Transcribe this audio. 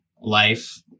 life